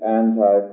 anti